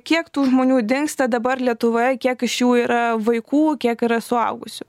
kiek tų žmonių dingsta dabar lietuvoje kiek iš jų yra vaikų kiek yra suaugusių